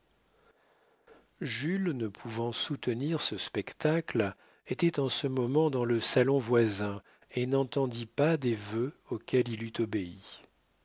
jules ne pouvant soutenir ce spectacle était en ce moment dans le salon voisin et n'entendit pas des vœux auxquels il eût obéi